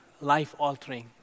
life-altering